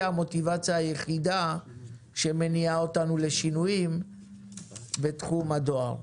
המוטיבציה היחידה שמניעה אותנו לשינויים בתחום הדואר.